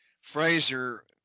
Fraser